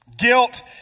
Guilt